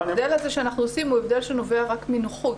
ההבדל הזה שאנחנו עושים הוא הבדל שנובע רק מנוחות,